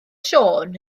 siôn